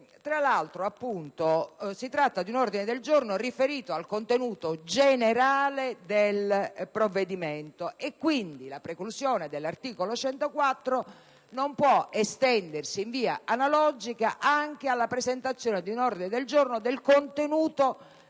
Tra l'altro si tratta di un ordine del giorno riferito al contenuto generale del provvedimento e quindi la preclusione dell'articolo 104 del Regolamento non può estendersi in via analogica alla presentazione di un ordine del giorno dello stesso